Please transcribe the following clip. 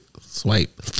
swipe